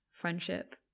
friendship